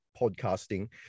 podcasting